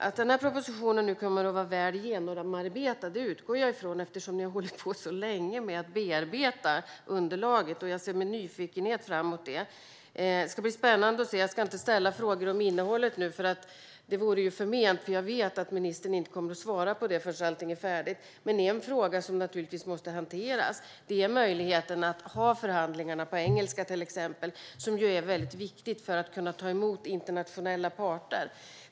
Att propositionen kommer att vara väl genomarbetad utgår jag från, eftersom ni har hållit på så länge med att bearbeta underlaget. Jag ser med nyfikenhet fram mot propositionen. Jag ska inte ställa frågor om innehållet nu. Det vore ju förment, för jag vet att ministern inte skulle svara på dem förrän allting är färdigt. Men en fråga som givetvis måste hanteras är möjligheten att ha förhandlingarna på till exempel engelska. Det är viktigt för att kunna ta emot internationella parter.